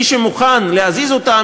מי שמוכן להזיז אותה,